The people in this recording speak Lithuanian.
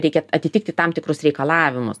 reikia atitikti tam tikrus reikalavimus